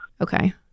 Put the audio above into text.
Okay